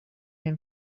hem